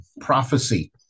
prophecy